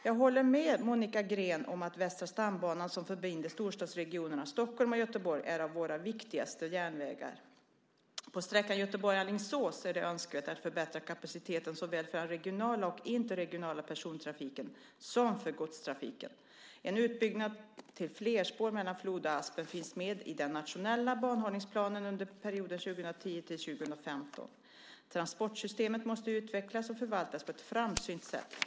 Jag håller med Monica Green om att Västra stambanan, som förbinder storstadsregionerna Stockholm och Göteborg, är en av våra viktigaste järnvägar. På sträckan Göteborg-Alingsås är det önskvärt att förbättra kapaciteten såväl för den regionala och interregionala persontrafiken som för godstrafiken. En utbyggnad till flerspår mellan Floda och Aspen finns med i den nationella banhållningsplanen under perioden 2010-2015. Transportsystemet måste utvecklas och förvaltas på ett framsynt sätt.